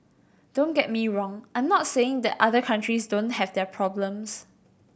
don't get me wrong I'm not saying that other countries don't have their problems